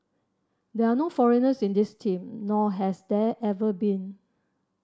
there are no foreigners in this team nor has there ever been